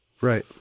Right